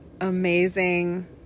amazing